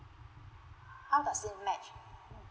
how does it match